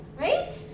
Right